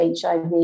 HIV